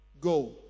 go